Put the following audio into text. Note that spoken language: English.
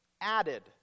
added